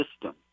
system